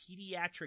pediatric